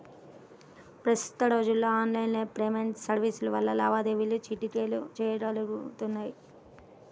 ప్రస్తుత రోజుల్లో online payment సర్వీసుల వల్ల లావాదేవీలు చిటికెలో చెయ్యగలుతున్నారు